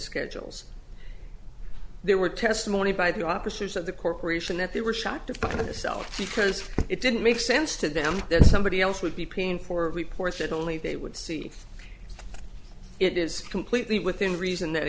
schedules there were testimony by the officers of the corporation that they were shocked to find a seller because it didn't make sense to them that somebody else would be paying for reports that only they would see it is completely within reason that